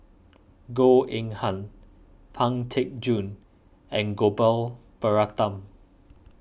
Goh Eng Han Pang Teck Joon and Gopal Baratham